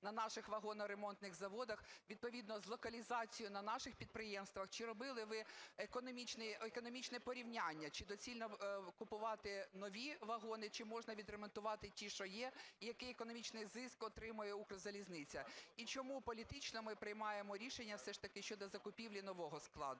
на наших вагоноремонтних заводах відповідно з локалізацією на наших підприємствах? Чи робили ви економічне порівняння, чи доцільно купувати нові вагони, чи можна відремонтувати ті, що є? Який економічний зиск отримає Укрзалізниця? І чому політично ми приймаємо рішення все ж таки щодо закупівлі нового складу?